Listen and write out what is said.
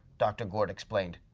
dr. gourd explained.